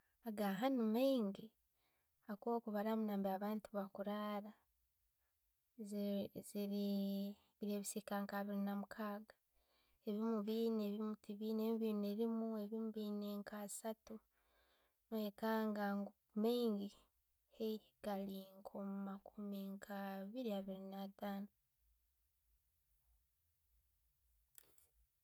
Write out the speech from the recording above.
Agahanu maingi, habwokuba bwokubarramu namberi abantu bakuraala, ziri ziri nke bissika abiiri namukaaga. Ebiimu biyine, ebiimu tibiyine, nebimu ebiyine nka asaatu nowekanga ngu maingi gali nka omumakuumi abbiri, nabiiri nataano.